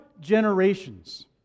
generations